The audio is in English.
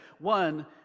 one